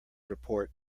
report